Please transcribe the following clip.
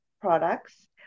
products